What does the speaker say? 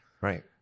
Right